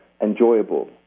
enjoyable